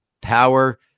power